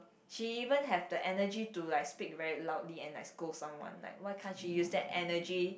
she even have the energy to like speak very loudly and like scold someone like why can't she use that energy